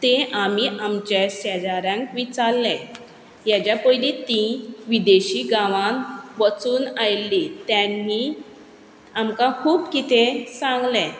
ते आमी आमचे शेजाऱ्यांक विचारलें हेज्या पयलीं तीं विदेशी गांवांत वचून आयल्लीं त्यांनी आमकां खूब कितें सांगलें